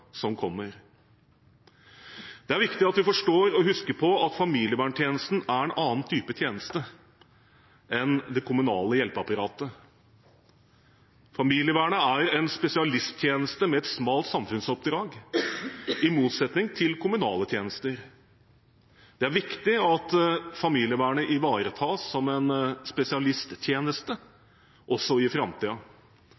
som kommer. Det er viktig at vi forstår og husker på at familieverntjenesten er en annen type tjeneste enn det kommunale hjelpeapparatet. Familievernet er en spesialisttjeneste med et smalt samfunnsoppdrag, i motsetning til kommunale tjenester. Det er viktig at familievernet ivaretas som en spesialisttjeneste også i